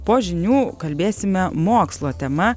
po žinių kalbėsime mokslo tema